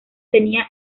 tenía